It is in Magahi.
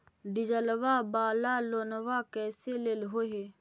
डीजलवा वाला लोनवा कैसे लेलहो हे?